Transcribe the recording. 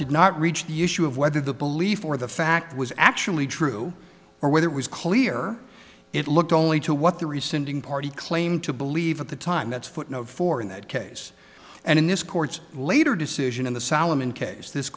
did not reach the issue of whether the belief or the fact was actually true or whether it was clear it looked only to what the rescinded party claim to believe at the time that's footnote for in that case and in this court's later decision in the solomon case this